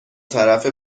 طرفه